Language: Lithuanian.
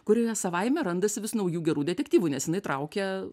kurioje savaime randasi vis naujų gerų detektyvų nes jinai traukia